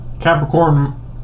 Capricorn